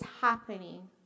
happening